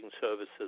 services